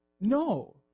No